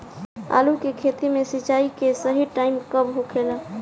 आलू के खेती मे सिंचाई के सही टाइम कब होखे ला?